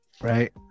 right